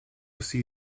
aussi